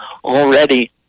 already